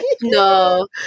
No